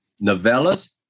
novellas